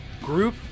group